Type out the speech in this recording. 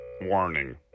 warning